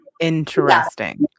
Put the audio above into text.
interesting